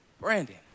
Brandon